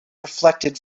reflected